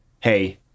hey